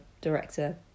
director